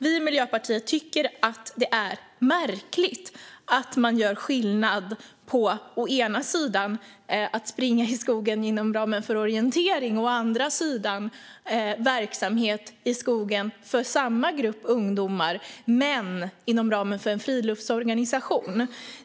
Vi i Miljöpartiet tycker att det är märkligt att göra skillnad på å ena sidan att springa i skogen inom ramen för orientering och å andra sidan verksamhet i skogen för samma grupp ungdomar men inom ramen för en friluftsorganisation.